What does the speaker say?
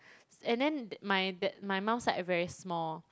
and then my dad my mum side a very small